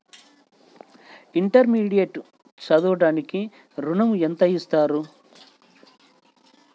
Intermediate చదవడానికి ఋణం ఎంత ఇస్తారు?